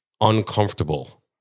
uncomfortable